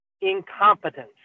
incompetence